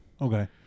Okay